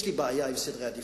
יש לי בעיה עם סדרי עדיפויות.